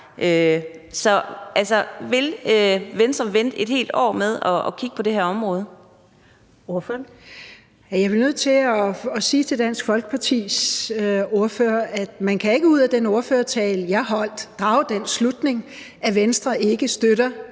Ordføreren. Kl. 12:15 Jane Heitmann (V): Jeg bliver nødt til at sige til Dansk Folkepartis ordfører, at man ikke ud af den ordførertale, jeg holdt, kan drage den slutning, at Venstre ikke støtter